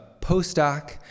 postdoc